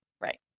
Right